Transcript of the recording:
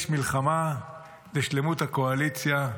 יש מלחמה על שלמות הקואליציה.